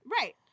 Right